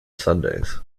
sundays